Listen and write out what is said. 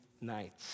nights